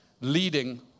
leading